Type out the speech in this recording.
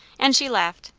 and she laughed.